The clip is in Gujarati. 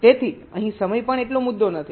તેથી અહીં સમય પણ એટલો મુદ્દો નથી